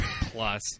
Plus